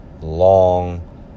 long